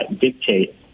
dictate